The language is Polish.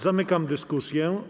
Zamykam dyskusję.